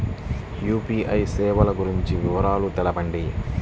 UPI సేవలు గురించి వివరాలు తెలుపండి?